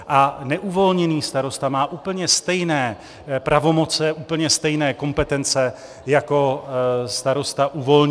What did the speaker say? A neuvolněný starosta má úplně stejné pravomoce, úplně stejné kompetence jako starosta uvolněný.